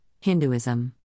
Hinduism